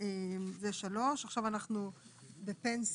זה 3. עכשיו אנחנו בפנסיה.